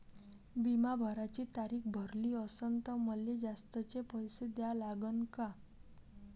बिमा भराची तारीख भरली असनं त मले जास्तचे पैसे द्या लागन का?